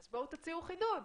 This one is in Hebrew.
אז תציעו החידוד.